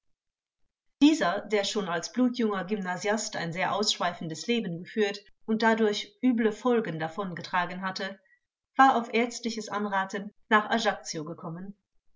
dieser der schon als blutjunger gymnasiast ein sehr ausschweifendes leben geführt und dadurch üble folgen davongetragen hatte war auf ärztliches anraten nach ajaccio gekommen